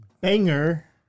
Banger